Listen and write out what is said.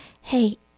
Hey